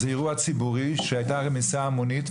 זה אירוע ציבורי שהייתה בו רמיסה המונית,